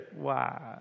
Wow